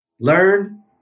Learn